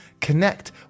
Connect